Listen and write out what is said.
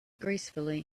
gracefully